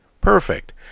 Perfect